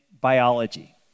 biology